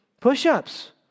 push-ups